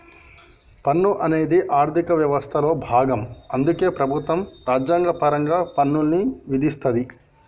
పన్ను అనేది ఆర్థిక వ్యవస్థలో భాగం అందుకే ప్రభుత్వం రాజ్యాంగపరంగా పన్నుల్ని విధిస్తది